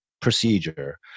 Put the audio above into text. procedure